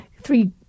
three